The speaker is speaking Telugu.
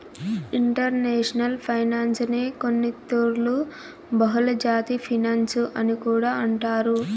ఇంటర్నేషనల్ ఫైనాన్సునే కొన్నితూర్లు బహుళజాతి ఫినన్సు అని కూడా అంటారు